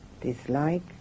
dislike